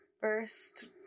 first